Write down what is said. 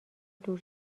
دور